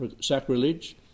sacrilege